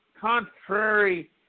contrary